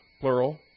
plural